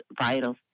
vital